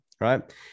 right